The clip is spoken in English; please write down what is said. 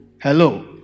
Hello